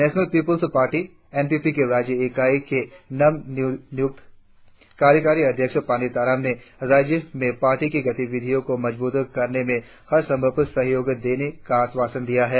national People's Party N P P की राज्य इकाई के नव नियुक्त कार्यकारी अध्यक्ष पानी तारांग ने राज्य में पार्टी के गतिविधियों को मजबूत करने में हर संभव सहयोग देने का आश्वासन दिया है